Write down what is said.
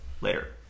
Later